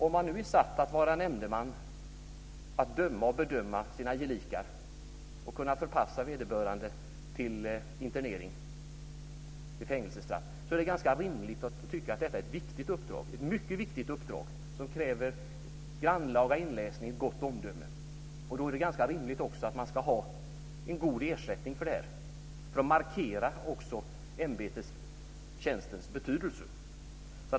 Om man är satt att vara nämndeman, att döma och bedöma sina gelikar och kunna förpassa vederbörande till internering, till fängelsestraff, är det ganska rimligt att tycka att detta är ett mycket viktigt uppdrag som kräver grannlaga inläsning och gott omdöme. Då är det ganska rimligt att man ska ha en god ersättning för det för att markera tjänstens betydelse.